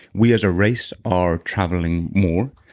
we as a race are traveling more,